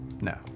No